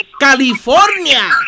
California